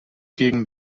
gegen